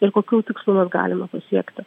ir kokių tikslų dar galime pasiekti